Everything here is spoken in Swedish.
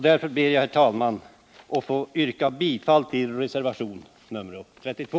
Därmed ber jag, herr talman, att få yrka bifall till reservationen 32.